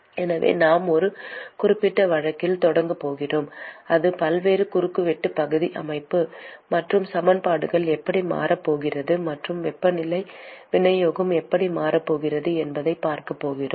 எனவே நாம் ஒரு குறிப்பிட்ட வழக்கில் தொடங்கப் போகிறோம் அங்கு பல்வேறு குறுக்கு வெட்டு பகுதி அமைப்பு மற்றும் சமன்பாடுகள் எப்படி மாறப்போகிறது மற்றும் வெப்பநிலை விநியோகம் எப்படி மாறப்போகிறது என்பதைப் பார்க்கப் போகிறோம்